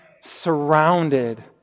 surrounded